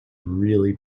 really